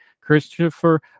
christopher